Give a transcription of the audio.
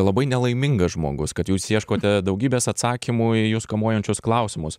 labai nelaimingas žmogus kad jūs ieškote daugybės atsakymų į jus kamuojančius klausimus